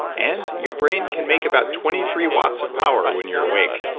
and your brain can make about twenty three watts of power when you're awake,